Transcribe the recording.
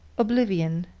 oblivion,